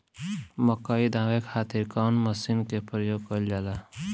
मकई दावे खातीर कउन मसीन के प्रयोग कईल जाला?